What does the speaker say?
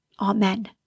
Amen